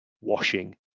washing